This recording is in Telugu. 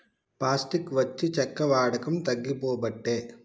పాస్టిక్ వచ్చి చెక్క వాడకం తగ్గిపోబట్టే